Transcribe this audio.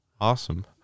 Awesome